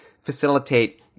facilitate